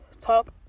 talk